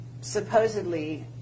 supposedly